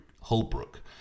Holbrook